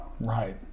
Right